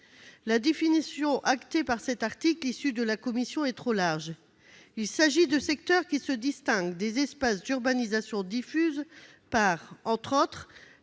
La définition actée dans le présent article issue des travaux de la commission est trop large. Il s'agit de secteurs « qui se distinguent des espaces d'urbanisation diffuse par, entre autres,